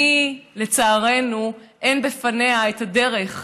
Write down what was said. מי, לצערנו, אין בפניה את הדרך,